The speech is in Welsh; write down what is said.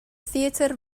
theatr